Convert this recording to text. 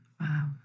Wow